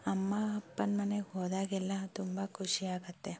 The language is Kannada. ಅಮ್ಮ ಅಪ್ಪನ ಮನೆಗೆ ಹೋದಾಗೆಲ್ಲ ತುಂಬ ಖುಷಿ ಆಗತ್ತೆ